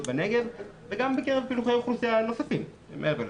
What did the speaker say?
בנגב וגם בקרב פילוחי אוכלוסייה נוספים מעבר לזה.